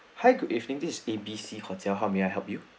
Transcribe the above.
hi good evening this A B C hotel how may I help you